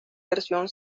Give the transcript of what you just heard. versión